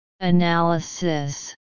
Analysis